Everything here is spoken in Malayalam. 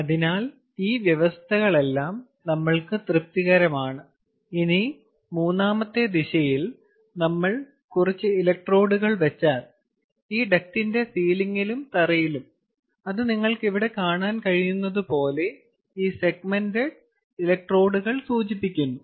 അതിനാൽ ഈ വ്യവസ്ഥകളെല്ലാം നമ്മൾക്ക് തൃപ്തികരമാണ് ഇനി മൂന്നാമത്തെ ദിശയിൽ നമ്മൾ കുറച്ച് ഇലക്ട്രോഡുകൾ വച്ചാൽ ഈ ഡക്ടിന്റെ സീലിംഗിലും തറയിലും അത് നിങ്ങൾക്ക് ഇവിടെ കാണാൻ കഴിയുന്നതുപോലെ ഈ സെഗ്മെന്റഡ് ഇലക്ട്രോഡുകൾ സൂചിപ്പിക്കുന്നു